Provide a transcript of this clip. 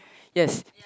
yes